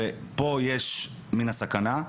פה יש מן הסכנה.